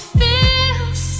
feels